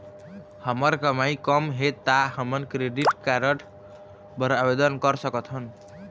हमर कमाई कम हे ता हमन क्रेडिट कारड बर आवेदन कर सकथन?